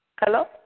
Hello